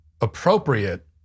appropriate